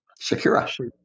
Shakira